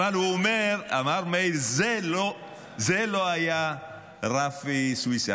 אבל אמר מאיר: זה לא היה רפי סויסה.